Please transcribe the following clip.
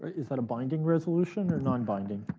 is that a binding resolution or non-binding?